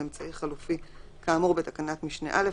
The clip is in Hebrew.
באמצעי חלופי כאמור בתקנת משנה (א),